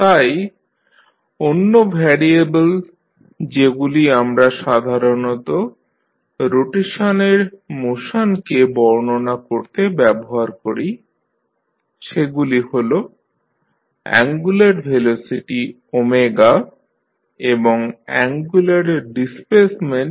তাই অন্য ভ্যারিয়েবেল যেগুলি আমরা সাধারণত রোটেশনের মোশনকে বর্ণনা করতে ব্যবহার করি সেগুলি হল অ্যাঙ্গুলার ভেলোসিটি এবং অ্যাঙ্গুলার ডিসপ্লেসমেন্ট